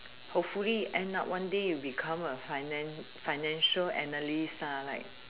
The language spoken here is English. hopefully end up one day you become a finance financial analyst ah like